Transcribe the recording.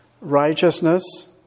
righteousness